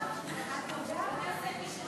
אנחנו עוברים לחוק